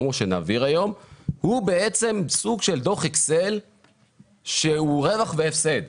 הוא בעצם סוג של דוח אקסל שהוא רווח והפסד.